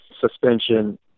suspension